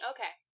Okay